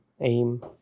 aim